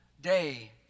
day